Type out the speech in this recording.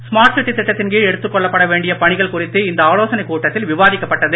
smart city திட்டத்தின் கீழ் எடுத்துக் கொள்ளப்பட வேண்டிய பணிகள் குறித்து இந்த விவாதிக்கப்பட்டது